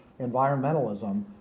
environmentalism